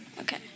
Okay